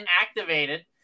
activated